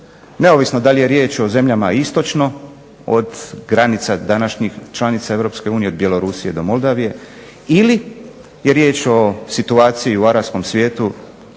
neovisno da li je riječ o zemljama istočno od granica današnjih članica Europske unije, od Bjelorusije do Moldavije ili je riječ o situaciji u arapskom svijetu,